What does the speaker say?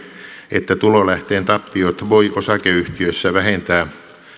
että tulolähteen tappiot voi osakeyhtiössä vähentää